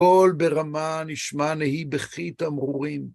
כל ברמה נשמע נהי בכי תמרורים.